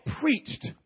preached